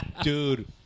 dude